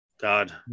god